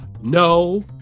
No